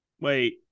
Wait